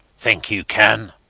think you can?